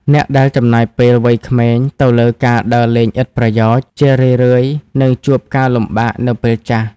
អ្នកដែលចំណាយពេលវ័យក្មេងទៅលើការដើរលេងឥតប្រយោជន៍ ជារឿយៗនឹងជួបការលំបាកនៅពេលចាស់។